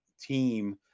team